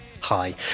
Hi